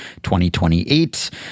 2028